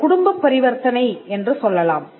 ஒரு குடும்பப் பரிவர்த்தனை என்று சொல்லலாம்